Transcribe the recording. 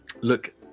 look